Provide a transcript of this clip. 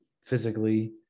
physically